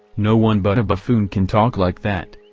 no one but a buffoon can talk like that!